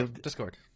Discord